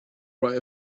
write